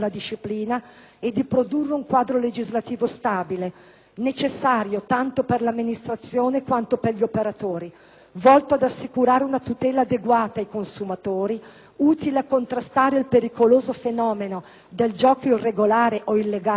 necessario tanto per l'amministrazione quanto per gli operatori, volto ad assicurare una tutela adeguata ai consumatori, utile a contrastare il pericoloso fenomeno del gioco irregolare o illegale e della sua contiguità con la criminalità organizzata.